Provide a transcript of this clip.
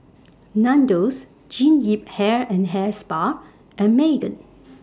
Nandos Jean Yip Hair and Hair Spa and Megan